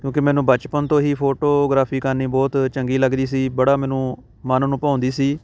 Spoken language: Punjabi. ਕਿਉਂਕਿ ਮੈਨੂੰ ਬਚਪਨ ਤੋਂ ਹੀ ਫੋਟੋਗ੍ਰਾਫੀ ਕਰਨੀ ਬਹੁਤ ਚੰਗੀ ਲੱਗਦੀ ਸੀ ਬੜਾ ਮੈਨੂੰ ਮਨ ਨੂੰ ਭਾਉਂਦੀ ਸੀ